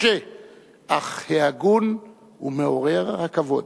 הקשה אך ההגון ומעורר הכבוד,